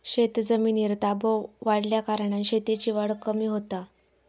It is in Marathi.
शेतजमिनीर ताबो वाढल्याकारणान शेतीची वाढ कमी होता